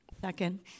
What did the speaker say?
Second